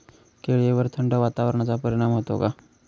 केळीवर थंड वातावरणाचा परिणाम होतो का?